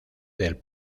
del